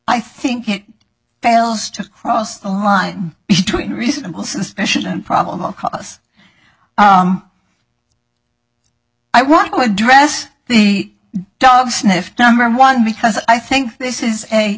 i think it fails to cross the line between reasonable suspicion and probable cause i want to address the dogs sniffed number one because i think this is a